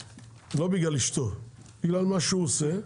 ולא בגלל אשתו, בגלל מה שהוא עושה.